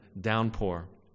downpour